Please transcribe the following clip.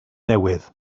newydd